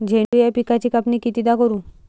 झेंडू या पिकाची कापनी कितीदा करू?